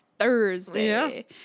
Thursday